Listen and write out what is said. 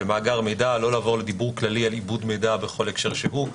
לא לעבור לדיבור כללי על עיבוד מידע בכל הקשר שהוא.